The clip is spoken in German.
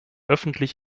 öffentlich